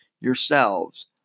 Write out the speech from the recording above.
yourselves